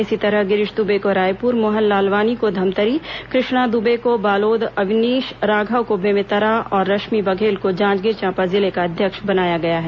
इसी तरह गिरीश दुबे को रायपुर मोहन लालवानी को धमतरी कृष्णा दुबे को बालोद अवनीश राघव को बेमेतरा और रश्मि बघेल को जांजगीर चांपा जिले का अध्यक्ष बनाया गया है